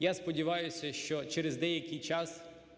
Я сподіваюся, що через деякий час